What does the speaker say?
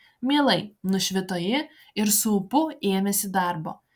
mielai nušvito ji ir su ūpu ėmėsi darbo